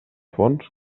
fons